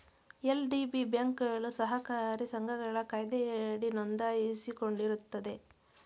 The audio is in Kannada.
ಎಲ್.ಡಿ.ಬಿ ಬ್ಯಾಂಕ್ಗಳು ಸಹಕಾರಿ ಸಂಘಗಳ ಕಾಯ್ದೆಯಡಿ ನೊಂದಾಯಿಸಿಕೊಂಡಿರುತ್ತಾರೆ